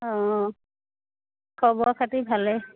অঁ খবৰ খাতি ভালে